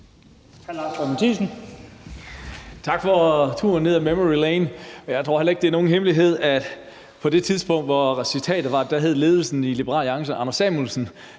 Tak for turen ned ad memory lane. Jeg tror heller ikke, det er nogen hemmelighed, at på det tidspunkt, citatet er fra, hed ledelsen i Liberal Alliance Anders Samuelsen,